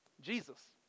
Jesus